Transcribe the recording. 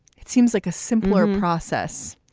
it seems like a simpler process.